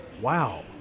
Wow